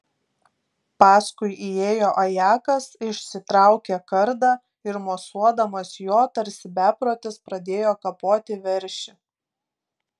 paskui įėjo ajakas išsitraukė kardą ir mosuodamas juo tarsi beprotis pradėjo kapoti veršį